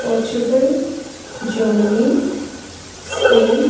Portugal Germany Spain